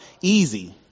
easy